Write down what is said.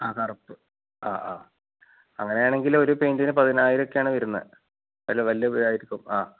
ആ കറുപ്പ് ആ ആ അങ്ങനെയാണെങ്കിൽ ഒരു പെയിൻറ്റിന് പതിനായിരം ഒക്കെയാണ് വരുന്നത് അതിൽ വലിയ വിലയായിരിക്കും ആ